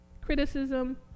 Criticism